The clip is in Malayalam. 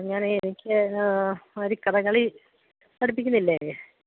ഞാനേ എനിക്ക് ഒരു കഥകളി പഠിപ്പിക്കുന്നില്ലേ